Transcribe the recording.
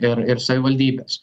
ir ir savivaldybės